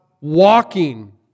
walking